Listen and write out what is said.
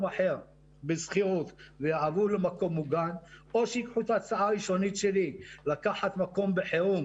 ממוגן אחר בשכירות או שיקבלו את ההצעה הראשונית שלי לקחת מקום בחירום,